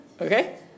Okay